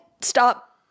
stop